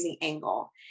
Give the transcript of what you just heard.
angle